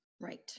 Right